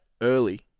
early